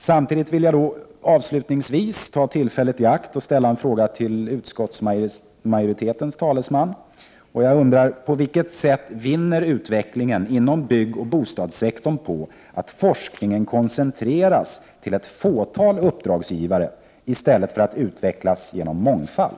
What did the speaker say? Samtidigt vill jag avslutningsvis ta tillfället i akt att ställa en fråga till utskottsmajoritetens talesman: På vilket sätt vinner utvecklingen inom byggoch bostadssektorn på att forskningen koncentreras till ett fåtal uppdragsgivare, i stället för att utvecklas genom mångfald?